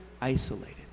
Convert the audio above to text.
isolated